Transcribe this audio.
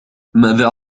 ماذا